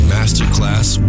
Masterclass